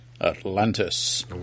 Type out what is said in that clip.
Atlantis